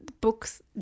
books